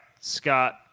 Scott